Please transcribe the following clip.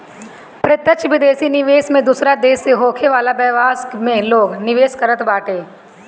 प्रत्यक्ष विदेशी निवेश में दूसरा देस में होखे वाला व्यवसाय में लोग निवेश करत बाटे